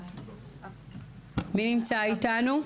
מי נמצא איתנו?